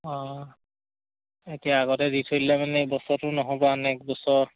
অঁ এতিয়া আগতে দি থৈলে মানে এই বছৰটো নহ'ব আৰু নেক্সট বছৰ